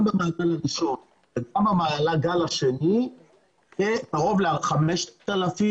גם במעגל הראשון וגם במעגל השני- קרוב ל-5,000